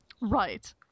Right